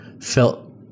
felt